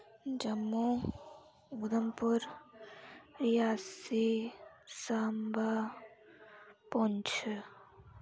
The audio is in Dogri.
जम्मू ऊधमपुर रियासी सांबा पुंछ